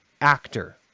actor